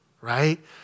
right